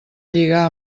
lligar